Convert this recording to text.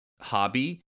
hobby